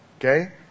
okay